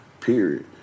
Period